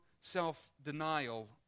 self-denial